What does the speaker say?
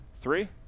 three